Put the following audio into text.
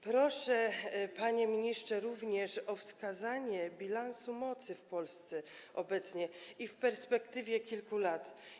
Proszę, panie ministrze, również o wskazanie bilansu mocy w Polsce obecnie i w perspektywie kilku lat.